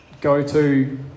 go-to